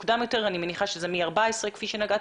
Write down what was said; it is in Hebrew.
לא לומר שנילחם בזה כדי שזה לא יקרה.